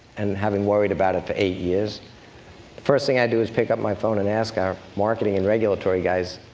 and having worried about it for eight years, the first thing i do is pick up my phone and ask our marketing and regulatory guys,